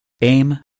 Aim